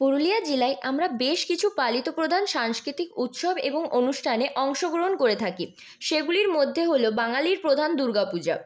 পুরুলিয়া জেলায় আমরা বেশ কিছু পালিত প্রধান সাংস্কৃতিক উৎসব এবং অনুষ্ঠানে অংশগ্রহণ করে থাকি সেগুলির মধ্যে হলো বাঙালির প্রধান দুর্গাপূজা